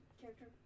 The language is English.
character